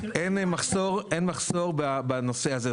אין מחסור בנושא הזה.